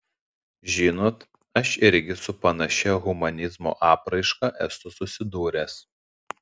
žinot aš irgi su panašia humanizmo apraiška esu susidūręs